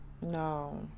No